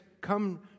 come